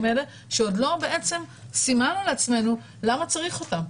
האלה שעוד לא סימנו לעצמנו למה צריך אותם.